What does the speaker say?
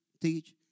Teach